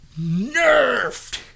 nerfed